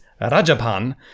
Rajapan